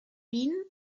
wien